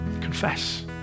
Confess